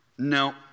No